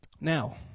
Now